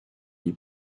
les